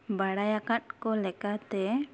ᱵᱟᱲᱟᱭᱟᱠᱟᱫ ᱠᱚ ᱞᱮᱠᱟᱛᱮ